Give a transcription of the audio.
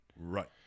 Right